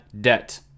debt